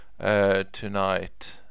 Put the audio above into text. tonight